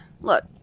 Look